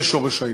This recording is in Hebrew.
זה שורש העניין.